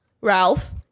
Ralph